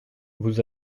vous